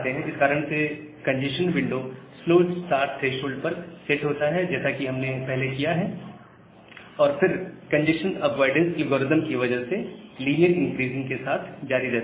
इस कारण से congestion window slow start threshold पर सेट होता है जैसा कि हमने पहले किया है और फिर कंजेस्शन अवॉइडेंस एल्गोरिदम की वजह से लीनियर इंक्रीजिंग के साथ जारी रहता है